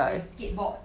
我有 skateboard